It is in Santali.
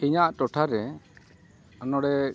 ᱤᱧᱟᱹᱜ ᱴᱚᱴᱷᱟ ᱨᱮ ᱱᱚᱰᱮ